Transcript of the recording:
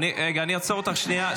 --- אני אעצור אותך שנייה.